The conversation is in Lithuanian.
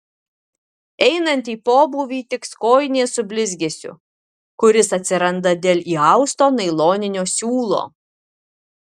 einant į pobūvį tiks kojinės su blizgesiu kuris atsiranda dėl įausto nailoninio siūlo